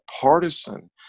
partisan